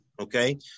Okay